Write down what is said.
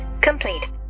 complete